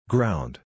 Ground